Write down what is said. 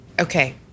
Okay